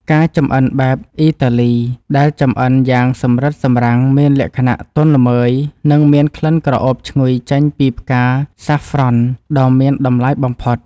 បាយចម្អិនបែបអ៊ីតាលី (Risotto) ដែលចម្អិនយ៉ាងសម្រិតសម្រាំងមានលក្ខណៈទន់ល្មើយនិងមានក្លិនក្រអូបឈ្ងុយចេញពីផ្កាសាហ្វ្រ៉ន់ (Saffron) ដ៏មានតម្លៃបំផុត។